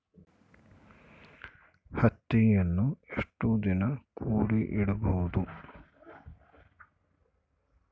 ಹತ್ತಿಯನ್ನು ಎಷ್ಟು ದಿನ ಕೂಡಿ ಇಡಬಹುದು?